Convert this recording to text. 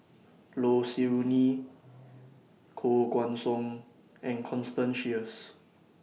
Low Siew Nghee Koh Guan Song and Constance Sheares